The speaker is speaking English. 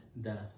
death